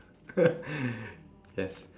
yes